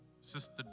Sister